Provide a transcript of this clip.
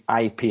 IP